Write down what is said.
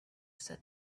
said